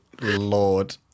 lord